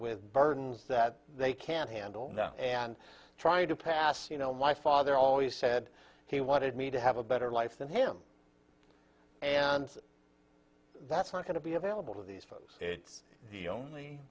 with burdens that they can't handle and trying to pass you know my father always said he wanted me to have a better life than him and that's not going to be available to these folks it's the only